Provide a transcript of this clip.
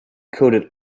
coated